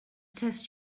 test